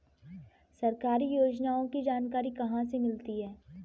सरकारी योजनाओं की जानकारी कहाँ से मिलती है?